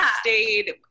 Stayed